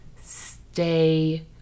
stay